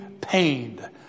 pained